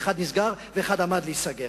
אחד נסגר ואחד עמד להיסגר.